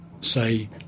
say